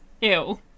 ew